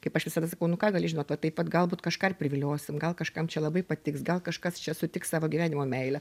kaip aš visada sakau nu ką gali žinot va taip vat galbūt kažką ir priviliosim gal kažkam čia labai patiks gal kažkas čia sutiks savo gyvenimo meilę